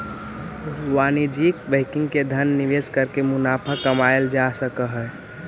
वाणिज्यिक बैंकिंग में धन निवेश करके मुनाफा कमाएल जा सकऽ हइ